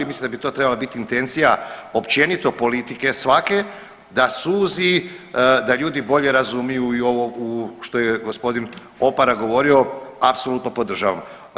Mislim da bi to trebala biti intencija općenito politike svake da suzi, da ljudi bolje razumiju i ovo što je gospodin Opara govorio apsolutno podržavam.